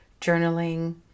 journaling